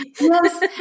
yes